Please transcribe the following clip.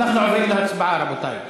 אנחנו עוברים להצבעה, רבותי.